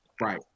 Right